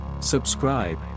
Subscribe